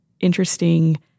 interesting